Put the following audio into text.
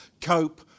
cope